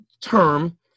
term